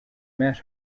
met